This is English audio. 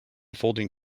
folding